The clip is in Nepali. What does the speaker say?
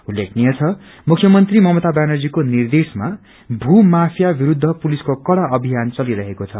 उल्लेखनीय छ मुख्यमन्त्री ममता व्यानर्जीको निर्देशमा भू माफिया विरूद्ध पुलिसको कड़ा अभियान चलिरहेको छ